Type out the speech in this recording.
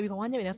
ya ya ya